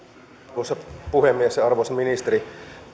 arvoisa puhemies ja arvoisa ministeri